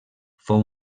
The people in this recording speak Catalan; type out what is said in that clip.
fou